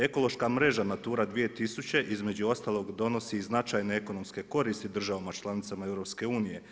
Ekološka mreža Natura 2000 između ostalog donosi značajne ekonomske koristi državama članicama EU.